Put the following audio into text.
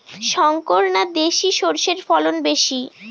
শংকর না দেশি সরষের ফলন বেশী?